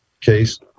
case